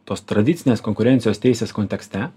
tos tradicinės konkurencijos teisės kontekste